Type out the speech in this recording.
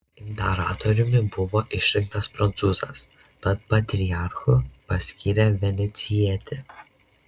imperatoriumi buvo išrinktas prancūzas tad patriarchu paskyrė venecijietį